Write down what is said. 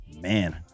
man